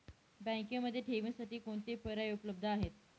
बँकेमध्ये ठेवींसाठी कोणते पर्याय उपलब्ध आहेत?